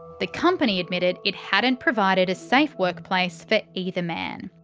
the company admitted it hadn't provided a safe workplace for either man.